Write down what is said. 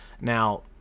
Now